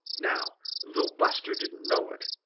now though buster didn't know it,